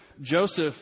Joseph